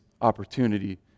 opportunity